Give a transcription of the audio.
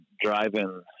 driving